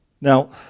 Now